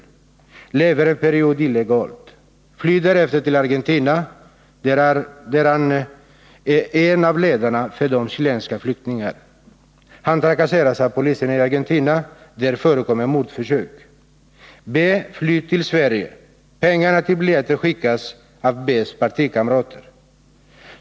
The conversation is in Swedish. Han lever en period illegalt och flyr därefter till Argentina, där han blir en av ledarna för de chilenska flyktingarna. Han trakasseras av polisen i Argentina, och mordförsök förekommer. B flyr till Sverige. Pengarna till biljetten skickas av B:s partikamrater.